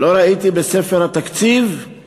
לא ראיתי בספר התקציב את